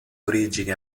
origini